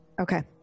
Okay